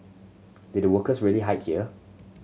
did workers really hide here